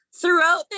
Throughout